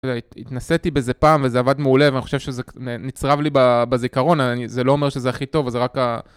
התנסיתי בזה פעם וזה עבד מעולה ואני חושב שזה נצרב לי בזיכרון, זה לא אומר שזה הכי טוב, זה רק ה...